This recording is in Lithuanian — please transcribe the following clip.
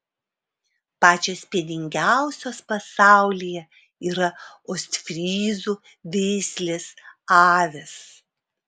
pačios pieningiausios pasaulyje yra ostfryzų veislės avys